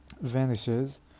vanishes